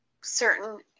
certain